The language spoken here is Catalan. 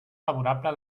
favorable